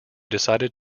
decided